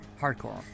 hardcore